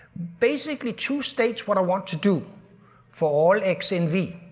basically, two states what i want to do for all x and v.